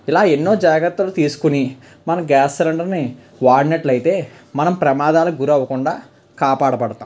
ఇలా ఎన్నో జాగ్రత్తలు తీసుకుని మనం గ్యాస్ సిలిండర్ని వాడినట్లైతే మనం ప్రమాదాలకు గురి అవ్వకుండా కాపాడబడతాం